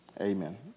Amen